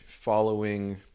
following